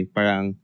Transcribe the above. Parang